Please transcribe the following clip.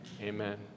Amen